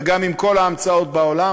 וגם אם כל ההמצאות בעולם,